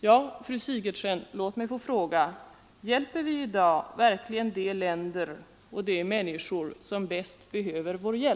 Låt mig få fråga fru Sigurdsen: Hjälper vi i dag verkligen de länder och de människor som bäst behöver vårt stöd?